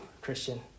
Christian